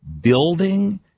building